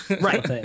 Right